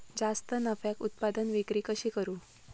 जास्त नफ्याक उत्पादन विक्री कशी करू?